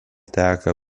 teka